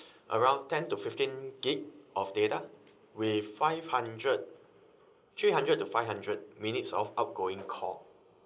around ten to fifteen gigabyte of data with five hundred three hundred to five hundred minutes of outgoing call